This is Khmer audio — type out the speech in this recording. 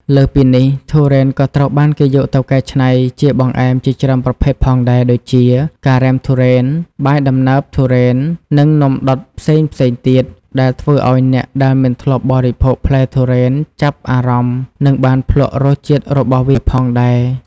លើសពីនេះ ទុរេនក៏ត្រូវបានគេយកទៅកែច្នៃជាបង្អែមជាច្រើនប្រភេទផងដែរ ដូចជា ការ៉េមទុរេន បាយដំណើបទុរេននិងនំដុតផ្សេងៗទៀត ដែលធ្វើឲ្យអ្នកដែលមិនធ្លាប់បរិភោគផ្លែទុរេនចាប់អារម្មណ៍និងបានភ្លក់រសជាតិរបស់វាផងដែរ។